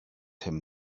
him